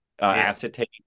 acetate